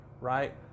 right